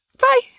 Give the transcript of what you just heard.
Bye